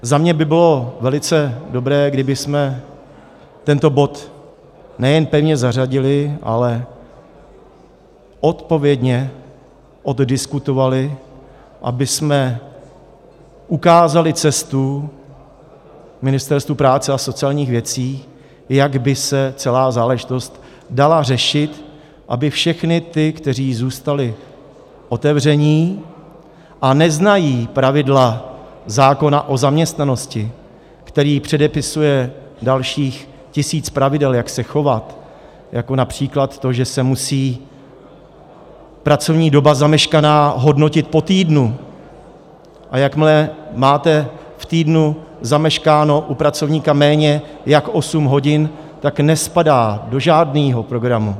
Za mě by bylo velice dobré, kdybychom tento bod nejen pevně zařadili, ale odpovědně oddiskutovali, abychom ukázali cestu Ministerstvu práce a sociálních věcí, jak by se celá záležitost dala řešit, aby všechny ty, kteří zůstali otevření a neznají pravidla zákona o zaměstnanosti, který předepisuje dalších tisíc pravidel, jak se chovat, jako např. to, že se musí pracovní doba zameškaná hodnotit po týdnu, a jakmile máte v týdnu zameškáno u pracovníka méně jak osm hodin, tak nespadá do žádného programu.